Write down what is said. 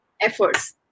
efforts